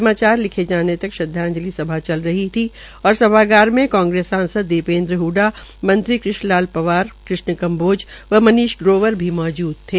समाचार लिखे जाने तक श्रदवाजंलि सभा चल रही थी और सभागार में कांग्रेस सांसद दीपेन्द्र हडडा मंत्रीकृष्ण लाल पंवार कृष्ण कम्बोज व मनीष ग्रोवर भी मौजूद थे